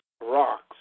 rocks